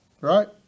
Right